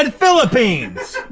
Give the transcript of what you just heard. and philippines.